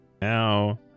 Now